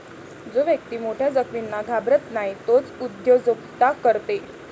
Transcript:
जो व्यक्ती मोठ्या जोखमींना घाबरत नाही तोच उद्योजकता करते